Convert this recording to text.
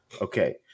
Okay